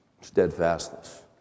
steadfastness